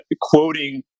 quoting